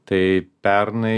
taai pernai